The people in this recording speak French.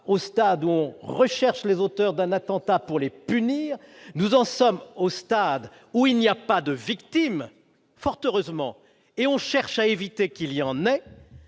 au stade où on recherche les auteurs d'un attentat, pour les punir, nous en sommes au stade où il n'y a pas de victimes forte heureusement et on cherche à éviter qu'il y en a,